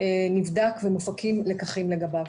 נבדק ומופקים לקחים לגביו.